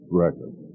record